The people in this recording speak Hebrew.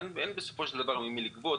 אין בסופו של דבר ממי לגבות,